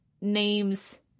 names